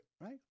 right